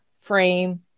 frame